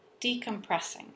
decompressing